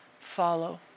follow